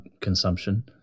consumption